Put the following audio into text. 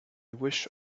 wish